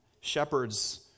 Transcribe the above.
shepherds